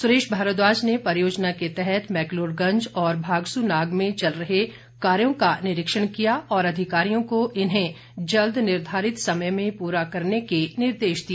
सुरेश भारद्वाज ने परियोजना के तहत मैकलोडगंज और भागसूनाग में चल रहे कार्यो का निरीक्षण किया और अधिकारियों को इन्हें जल्द निर्धारित समय में पूरा करने के निर्देश दिए